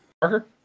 Parker